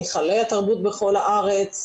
היכלי התרבות בכל הארץ,